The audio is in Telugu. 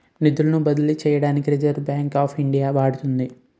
నిధులను బదిలీ చేయడానికి రిజర్వ్ బ్యాంక్ ఆఫ్ ఇండియా వాడుతుంది